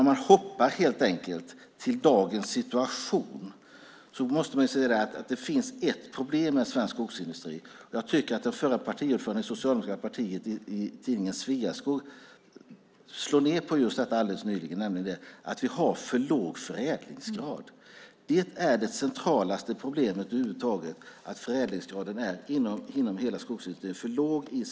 Om vi hoppar till dagens situation ser vi att det finns ett problem med svensk skogsindustri. Den förre partiordföranden i det socialdemokratiska partiet slog alldeles nyligen ned på detta i tidningen Sveaskog. Vi har för låg förädlingsgrad. Det mest centrala problemet inom hela skogsindustrin är att förädlingsgraden i Sverige är för låg.